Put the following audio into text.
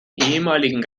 ehemaligen